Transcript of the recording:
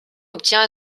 obtient